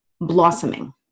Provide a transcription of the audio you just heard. blossoming